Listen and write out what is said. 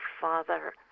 father